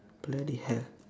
bloody hell